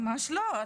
ממש לא.